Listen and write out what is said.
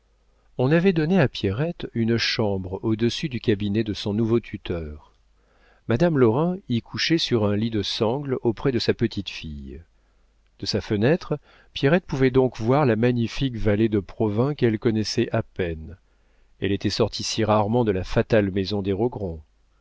on avait donné à pierrette une chambre au-dessus du cabinet de son nouveau tuteur madame lorrain y couchait sur un lit de sangle auprès de sa petite-fille de sa fenêtre pierrette pouvait donc voir la magnifique vallée de provins qu'elle connaissait à peine elle était sortie si rarement de la fatale maison des